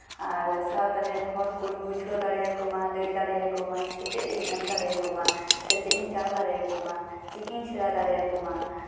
ᱟᱨ ᱥᱟᱶᱛᱟ ᱨᱮᱱ ᱦᱚᱲᱠᱚᱸᱧ ᱵᱩᱡᱷᱟᱹᱣ ᱫᱟᱲᱮᱭᱟᱠᱚ ᱢᱟ ᱞᱟᱹᱭ ᱫᱟᱲᱮ ᱟᱠᱚ ᱢᱟ ᱥᱮᱪᱮᱫ ᱤᱧ ᱮᱢ ᱫᱟᱲᱮ ᱟᱠᱚ ᱢᱟ ᱥᱮᱪᱮᱫ ᱤᱧ ᱪᱟᱞ ᱫᱟᱲᱮ ᱟᱠᱚ ᱢᱟ ᱪᱤᱠᱤᱧ ᱥᱮᱬᱟ ᱫᱟᱲᱮ ᱟᱠᱚ ᱢᱟ